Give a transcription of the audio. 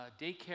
daycare